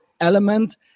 element